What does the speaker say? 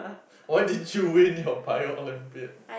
why didn't you win your bio Olympiad